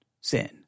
sin